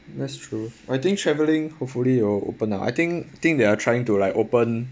that's true I think travelling hopefully will open up I think think they're trying to like open